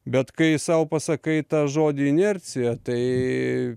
bet kai sau pasakai tą žodį inercija tai